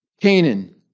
Canaan